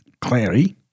Clary